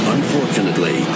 Unfortunately